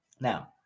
Now